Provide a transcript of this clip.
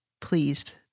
pleased